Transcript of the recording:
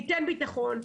ניתן ביטחון,